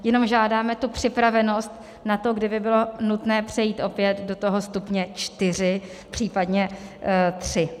Jenom žádáme tu připravenost na to, kdyby bylo nutné přejít opět do stupně čtyři, případně tři.